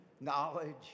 knowledge